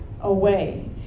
away